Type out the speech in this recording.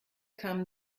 kamen